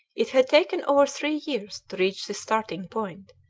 it had taken over three years to reach this starting-point,